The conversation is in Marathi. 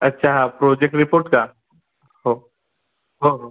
अच्छा हां प्रोजेक्ट रिपोर्ट का हो हो हो